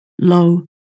low